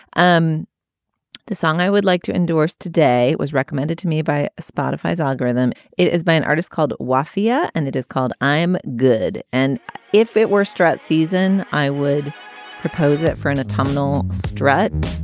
um the song i would like to endorse today was recommended to me by spotify as algorithm. it is by an artist called lafayette and it is called i am good. and if it were straight season, i would propose it for an a tumble strat